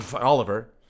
Oliver